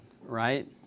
right